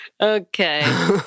Okay